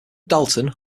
dalton